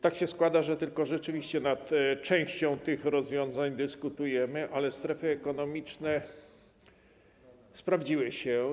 Tak się składa, że rzeczywiście tylko nad częścią tych rozwiązań dyskutujemy, ale strefy ekonomiczne sprawdziły się.